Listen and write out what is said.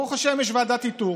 ברוך השם, יש ועדת איתור.